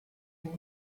boy